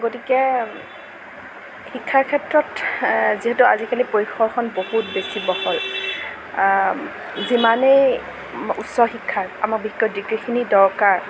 গতিকে শিক্ষাৰ ক্ষেত্ৰত যিহেতু আজিকালি পৰিসৰখন বহুত বেছি বহল যিমানেই উচ্চ শিক্ষাৰ আমাৰ বিশেষকৈ ডিগ্ৰীখিনি দৰকাৰ